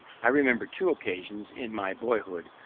i remember two occasions in my boyhood,